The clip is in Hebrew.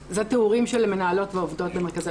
אלה תיאורים של מנהלות ועובדות במרכזי